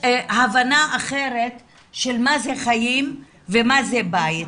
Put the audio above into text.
הבנה אחרת של מה זה חיים ומה זה בית.